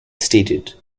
stated